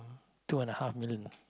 two and a half million